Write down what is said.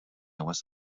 was